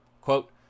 Quote